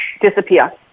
disappear